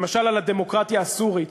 למשל על הדמוקרטיה הסורית,